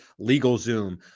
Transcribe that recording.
LegalZoom